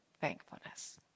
thankfulness